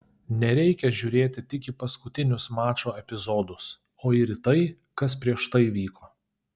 nereikia žiūrėti tik į paskutinius mačo epizodus o ir į tai kas prieš tai vyko